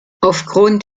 aufgrund